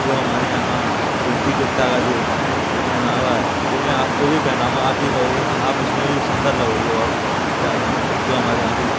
जो हमारे यहाँ धोती कुर्ता का जो पहनावा है वो मैं आपको भी पहनाऊँगा आप भी कहोगे हाँ आप उसमें भी सुंदर लगोगे और ज़्यादा जो हमारे यहाँ की